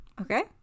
okay